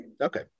Okay